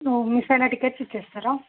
ఓహ్ miss అయిన tickets ఇస్తారా